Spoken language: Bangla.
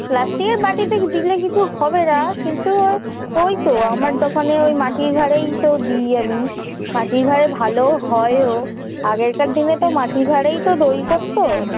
প্লাস্টিকের বাটিতে দিলে কিছু হবে না কিন্তু ওই তো আমার দোকানে ওই মাটির ভাঁড়েই তো দিই আমি মাটির ভাঁড়ে ভালো হয়ও আগেকার দিনে তো মাটির ভাঁড়েই তো দই করত